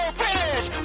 finish